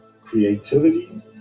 creativity